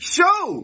Show